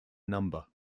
number